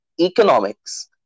economics